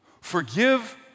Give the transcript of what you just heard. Forgive